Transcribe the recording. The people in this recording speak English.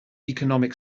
economic